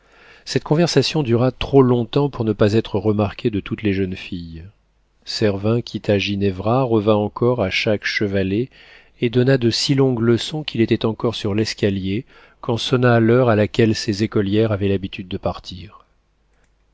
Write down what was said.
cette conversation dura trop longtemps pour ne pas être remarquée de toutes les jeunes filles servin quitta ginevra revint encore à chaque chevalet et donna de si longues leçons qu'il était encore sur l'escalier quand sonna l'heure à laquelle ses écolières avaient l'habitude de partir